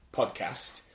podcast